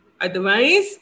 Otherwise